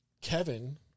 Kevin